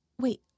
Wait